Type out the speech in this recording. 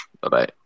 bye-bye